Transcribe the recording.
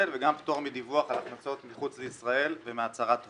וגם פטור מדיווח על הכנסות מחוץ לישראל ומהצהרת הון.